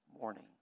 morning